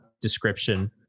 description